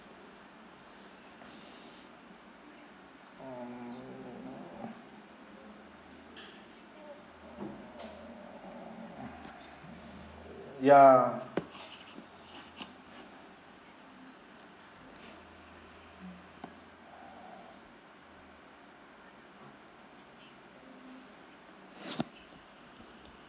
mm mm ya